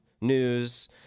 news